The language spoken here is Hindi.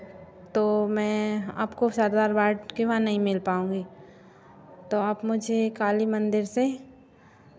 तो मैं आपको सरदारबाद के बाहर नहीं मिल पाउंगी तो आप मुझे काली मन्दिर से